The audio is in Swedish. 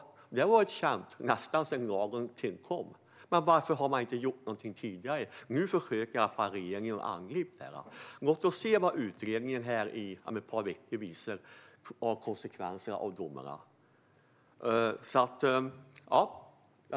Det har varit känt nästan sedan lagen tillkom. Men varför har man inte gjort någonting tidigare? Nu försöker regeringen i alla fall att angripa detta. Låt oss se vad utredningen som kommer om ett par veckor visar när det gäller konsekvenserna av domarna.